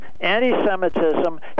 anti-Semitism